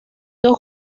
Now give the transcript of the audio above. dos